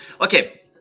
Okay